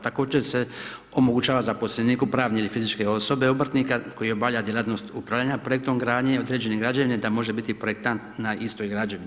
Također se omogućava zaposleniku pravne ili fizičke osobe obrtnika koji obavlja djelatnost upravljanja projektom gradnje ili određene građevine da može biti projektant na istoj građevini.